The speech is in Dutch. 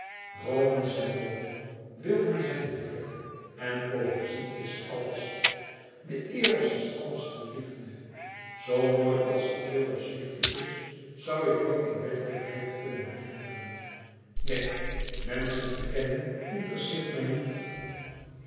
droomen zijn mooi beelden zijn heerlijk en poëzie is alles de eros is alles van liefde zoo mooi als de eros liefde is zoû ik nooit in werkelijkheid kunnen liefhebben neen menschen te kennen interesseert mij niet